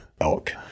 elk